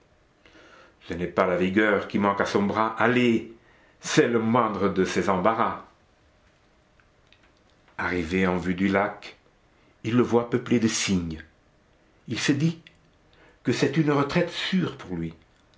ce n'est pas la vigueur qui manque à son bras allez c'est le moindre de ses embarras arrivé en vue du lac il le voit peuplé de cygnes il se dit que c'est une retraite sûre pour lui